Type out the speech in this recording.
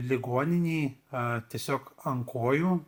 ligoninėj a tiesiog ant kojų